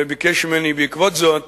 וביקש ממני בעקבות זאת